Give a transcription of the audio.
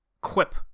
quip